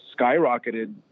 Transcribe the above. skyrocketed